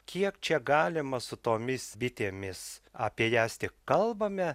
kiek čia galima su tomis bitėmis apie jas tik kalbame